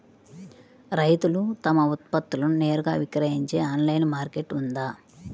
రైతులు తమ ఉత్పత్తులను నేరుగా విక్రయించే ఆన్లైను మార్కెట్ ఉందా?